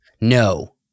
No